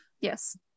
yes